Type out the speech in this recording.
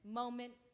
moment